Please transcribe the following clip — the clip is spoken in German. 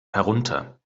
herunter